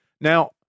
Now